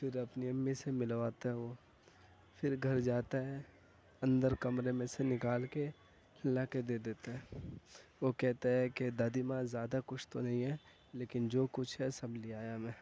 پھر اپنی امی سے ملواتا ہے وہ پھر گھر جاتا ہے اندر کمرے میں سے نکال کے لا کے دے دیتا ہے وہ کہتا ہے کہ دادی ماں زیادہ کچھ تو نہیں ہے لیکن جو کچھ ہے سب لے آیا میں